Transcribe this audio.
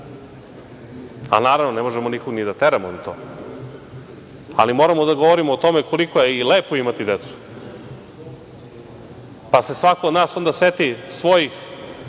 ti decu. Ne možemo nikog ni da teramo na to, ali moramo da govorimo koliko je i lepo imati decu. Pa, se svako od nas onda seti svojih